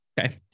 Okay